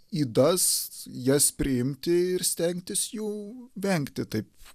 ydas jas priimti ir stengtis jų vengti taip